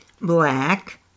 Black